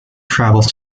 travels